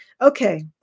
Okay